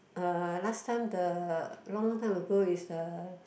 uh last time the long long time ago is the